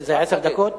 זה עשר דקות.